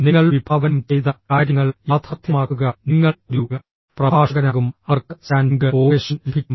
നിങ്ങൾ വിഭാവനം ചെയ്ത കാര്യങ്ങൾ യാഥാർത്ഥ്യമാക്കുക നിങ്ങൾ ഒരു പ്രഭാഷകനാകും അവർക്ക് സ്റ്റാൻഡിംഗ് ഓവേഷൻ ലഭിക്കും